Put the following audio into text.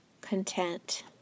content